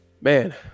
man